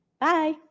Bye